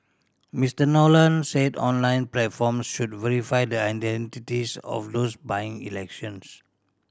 Mister Nolan said online platforms should verify the identities of those buying elections